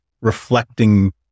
reflecting